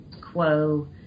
quo